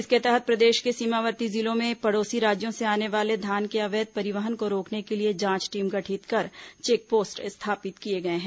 इसके तहत प्रदेश के सीमावर्ती जिलों में पड़ोसी राज्यों से आने वाले धान के अवैध परिवहन को रोकने के लिए जांच टीम गठित कर चेकपोस्ट स्थापित किए गए हैं